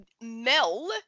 Mel